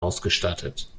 ausgestattet